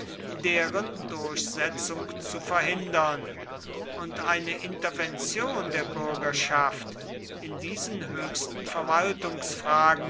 deren durchsetzung zu verhindern und eine intervention der bürgerschaft in diesen höchsten